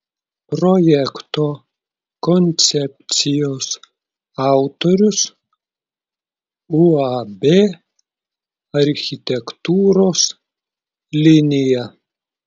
projekto koncepcijos autorius uab architektūros linija